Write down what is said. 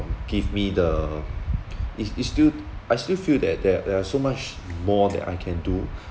give me the it's it's still I still feel that there are there are so much more that I can do